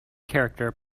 character